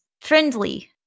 friendly